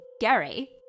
Gary